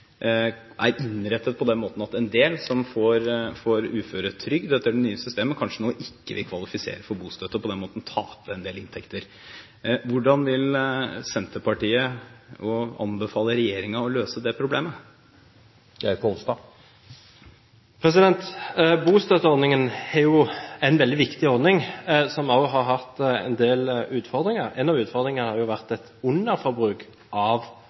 er innrettet på den måten at en del som får uføretrygd etter det nye systemet, kanskje nå ikke vil kvalifisere for bostøtte og på den måten tape en del inntekter. Hvordan vil Senterpartiet anbefale regjeringen å løse det problemet? Bostøtteordningen er en veldig viktig ordning, som også har hatt en del utfordringer. En av utfordringene har vært et underforbruk av